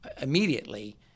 immediately